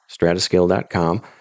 stratascale.com